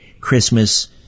Christmas